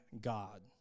God